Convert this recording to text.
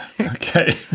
Okay